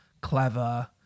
Clever